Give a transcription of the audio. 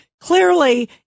Clearly